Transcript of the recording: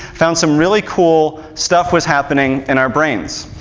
found some really cool stuff was happening in our brains.